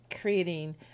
creating